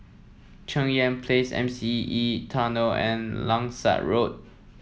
Cheng Yan Place M C E Tunnel and Langsat Road